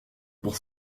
pour